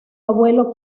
abuelo